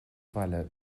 bhaile